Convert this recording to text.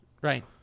Right